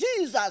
Jesus